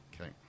Okay